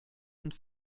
une